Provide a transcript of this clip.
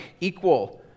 equal